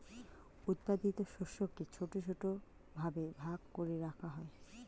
উৎপাদিত শস্যকে ছোট ছোট ভাবে ভাগ করে রাখা হয়